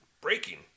breaking